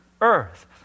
earth